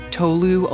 Tolu